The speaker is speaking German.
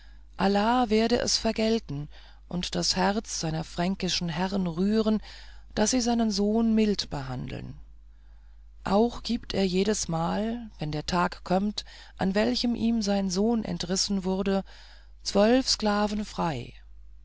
allah werde es vergelten und das herz seiner fränkischen herren rühren daß sie seinen sohn mild behandeln auch gibt er jedesmal wenn der tag kömmt an welchem ihm sein sohn entrissen wurde zwölf sklaven frei